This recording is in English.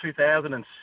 2007